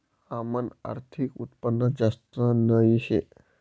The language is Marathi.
आमनं आर्थिक उत्पन्न जास्त नही शे